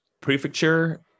prefecture